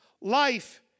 life